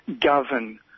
govern